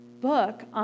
book